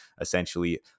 essentially